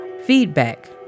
feedback